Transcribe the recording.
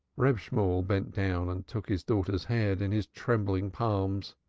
reb shemuel bent down and took his daughter's head in his trembling palms.